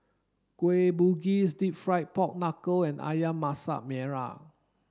Kueh Bugis deep fried pork knuckle and Ayam Masak Merah